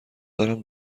دارم